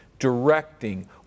directing